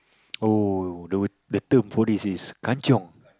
oh the the term for this is kanchiong